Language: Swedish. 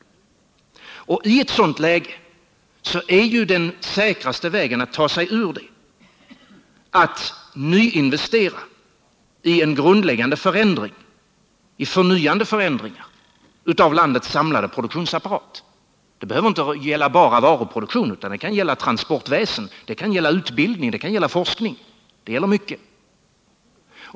I ett sådant läge är den säkraste vägen att ta sig ur detta att nyinvestera i en grundläggande förändring, i en förnyande förändring av landets samlade produktionsapparat. Det behöver inte gälla bara varuproduktionen utan det kan gälla transportväsendet, det kan gälla utbildningen och det kan gälla forskningen. Det gäller mycket.